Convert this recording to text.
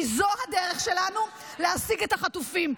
כי זו הדרך שלנו להשיג את החטופים,